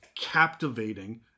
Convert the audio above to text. captivating